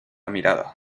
mirada